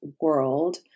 world